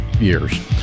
years